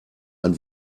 ein